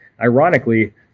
Ironically